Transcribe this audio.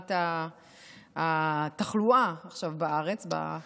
בעקומת התחלואה עכשיו בארץ בחודשים האחרונים.